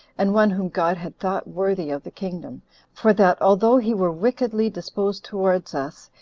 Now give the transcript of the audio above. and one whom god had thought worthy of the kingdom for that although he were wickedly disposed towards us,